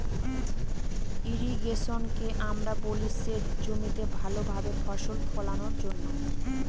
ইর্রিগেশনকে আমরা বলি সেচ জমিতে ভালো ভাবে ফসল ফোলানোর জন্য